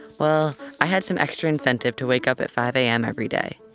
well, i had some extra incentive to wake up at five a m. every day.